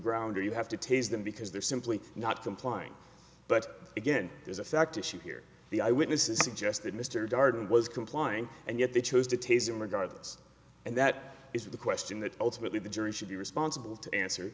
ground or you have to tase them because they're simply not complying but again there's a fact issue here the eyewitnesses suggested mr darden was complying and yet they chose to taser him regardless and that is the question that ultimately the jury should be responsible to answer